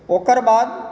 ओकर बाद